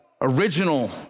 original